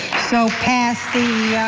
so, pass the